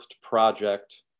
project